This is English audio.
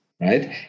right